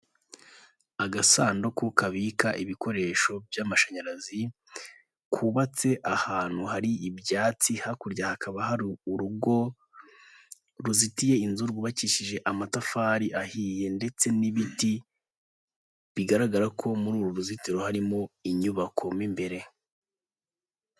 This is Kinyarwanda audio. Agasanduku kabika ibikoresho by'amashanyarazi kubabatse ahantu hari ibyatsi hakurya hakaba hari urugo ruzitiye inzu rwubakishije amatafari ahiye ndetse n'ibiti, bigaragara ko muri uru ruzitiro harimo inyubako mo imbere.